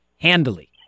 handily